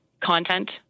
content